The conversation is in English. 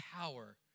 power